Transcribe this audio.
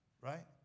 right